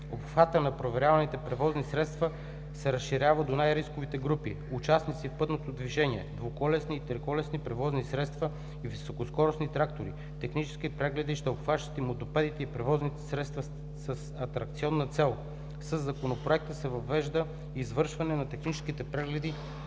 Обхватът на проверяваните превозни средства се разширява до най-рисковите групи: участници в пътното движение; двуколесни- и триколесни превозни средства и високоскоростни трактори. Технически прегледи ще обхващат и мотопедите и превозните средства с атракционна цел. Със Законопроекта се въвежда извършване на техническите прегледи